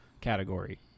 category